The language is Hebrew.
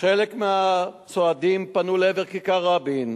חלק מהצועדים פנו לעבר כיכר רבין,